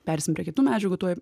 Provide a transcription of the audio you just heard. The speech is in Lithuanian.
pereisim prie kitų medžiagų tuoj